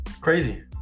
Crazy